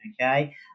Okay